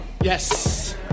Yes